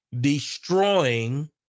destroying